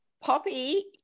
Poppy